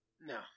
No